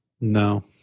no